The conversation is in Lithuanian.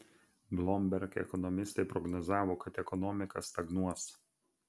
bloomberg ekonomistai prognozavo kad ekonomika stagnuos